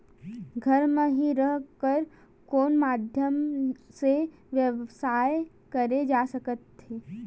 घर म हि रह कर कोन माध्यम से व्यवसाय करे जा सकत हे?